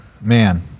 Man